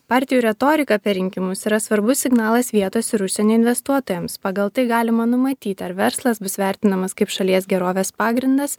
partijų retorika per rinkimus yra svarbus signalas vietos ir užsienio investuotojams pagal tai galima numatyti ar verslas bus vertinamas kaip šalies gerovės pagrindas